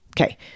Okay